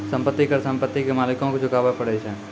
संपत्ति कर संपत्ति के मालिको के चुकाबै परै छै